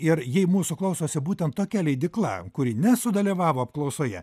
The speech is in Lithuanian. ir jei mūsų klausosi būtent tokia leidykla kuri nesudalyvavo apklausoje